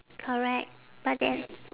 correct but then